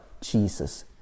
Jesus